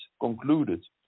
concluded